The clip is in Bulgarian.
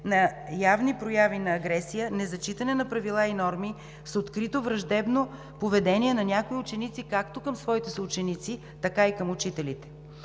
с явни прояви на агресия, незачитане на правила и норма, с открито враждебно поведение на някои ученици както към своите съученици, така и към учителите?